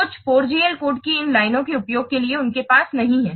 कुछ 4GL code की इन लाइनों के उपयोग के लिए उनके पास नहीं है